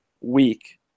week